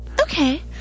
Okay